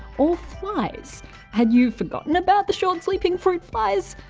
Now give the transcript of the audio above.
or flies had you forgotten about the short sleeping fruit flies?